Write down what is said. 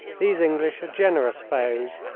these english are generous foes.